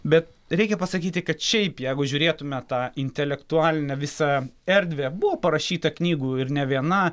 bet reikia pasakyti kad šiaip jeigu žiūrėtume tą intelektualinę visą erdvę buvo parašyta knygų ir ne viena